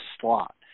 slot